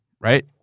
right